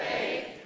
Faith